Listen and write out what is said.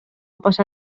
passar